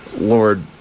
Lord